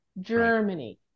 Germany